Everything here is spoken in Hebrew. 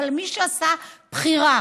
אבל מי שעשה בחירה